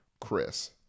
chris